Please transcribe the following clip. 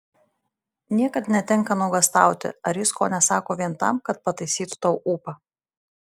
niekad netenka nuogąstauti ar jis ko nesako vien tam kad pataisytų tau ūpą